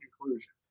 conclusion